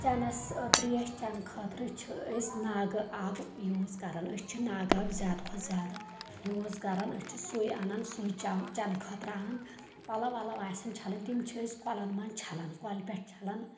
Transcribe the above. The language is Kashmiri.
چٮ۪نس ترٛیش چٮ۪نہٕ خٲطرٕ چھِ أسۍ ناگہٕ آب یوٗز کران أسۍ چھِ ناگہٕ آب زیادٕ کھۄتہٕ زیادٕ یوٗز کران أسۍ چھِ سُے انان سُے چٮ۪وان چٮ۪نہٕ خٲطرٕ انان پلو ولو آسَن چھلٕنۍ تِم چھِ أسۍ کۄلن منٛز چھلان کۄلہِ پٮ۪ٹھ چھلان